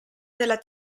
della